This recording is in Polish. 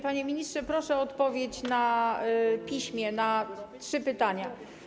Panie ministrze, proszę o odpowiedź na piśmie na trzy pytania.